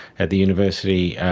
at the university,